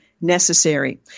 necessary